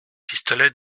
pistolets